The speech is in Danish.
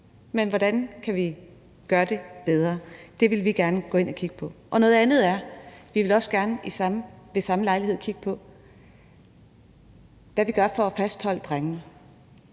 Men hvordan kan vi gøre det bedre? Det vil vi gerne gå ind og kigge på. Noget andet er, at vi også gerne ved samme lejlighed vil kigge på, hvad vi gør for at fastholde drengene.